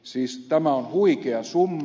siis tämä on huikea summa